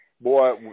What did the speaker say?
boy